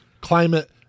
climate